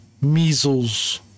measles